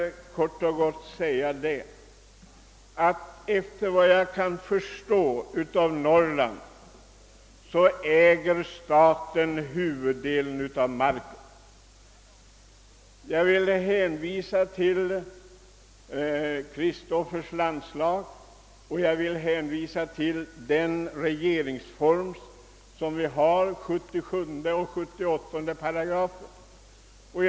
Efter vad jag förstår äger kronan huvuddelen av marken i Norrland. även där hänvisar jag till Kristofers landslag och till §§ 77 och 78 regeringsformen.